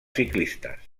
ciclistes